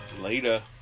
later